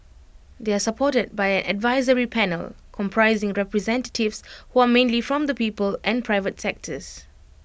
they are supported by an advisory panel comprising representatives who are mainly from the people and private sectors